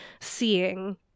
seeing